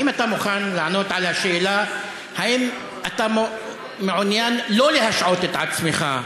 האם אתה מוכן לענות על השאלה: האם אתה מעוניין לא להשעות את עצמך?